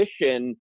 position